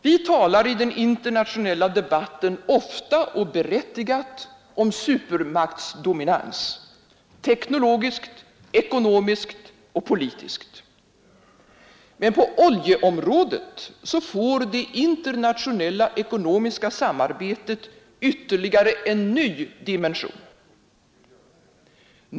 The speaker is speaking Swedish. Vi talar i den internationella debatten ofta och berättigat om supermaktsdominans, teknologiskt, ekonomiskt och politiskt. Men på oljeområdet får det internationella ekonomiska samarbetet ytterligare en ny dimension.